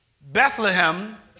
Bethlehem